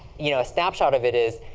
you know a snapshot of it is,